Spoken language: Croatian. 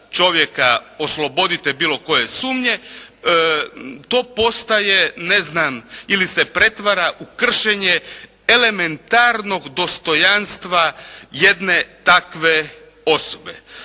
čovjeka oslobodite bilo koje sumnje to postaje, ne znam, ili se pretvara u kršenje elementarnog dostojanstva jedne takve osobe.